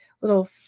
little